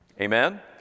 Amen